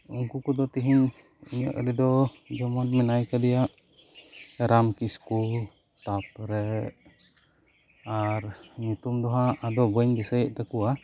ᱩᱱᱠᱩ ᱠᱚᱫᱚ ᱛᱮᱹᱦᱮᱹᱧ ᱤᱧᱟᱹᱜ ᱟᱲᱤᱫᱚ ᱡᱮᱢᱚᱱ ᱢᱮᱱᱟᱭ ᱟᱠᱟᱫᱮᱭᱟ ᱨᱟᱢ ᱠᱤᱥᱠᱩ ᱛᱟᱯᱚᱨᱮ ᱟᱨ ᱧᱩᱛᱩᱢ ᱫᱚᱦᱚᱜ ᱟᱫᱚ ᱵᱟᱹᱧ ᱫᱤᱥᱟᱹᱭᱮᱫ ᱛᱟᱠᱚᱣᱟ